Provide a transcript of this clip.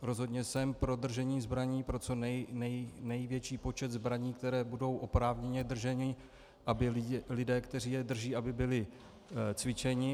Rozhodně jsem pro držení zbraní, pro co největší počet zbraní, které budou oprávněně drženy, aby lidé, kteří je drží, byli cvičeni.